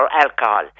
alcohol